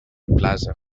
plaza